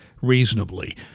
reasonably